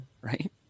right